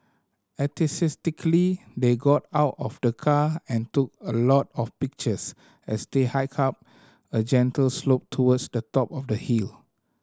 they got out of the car and took a lot of pictures as they hiked up a gentle slope towards the top of the hill